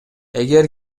эгер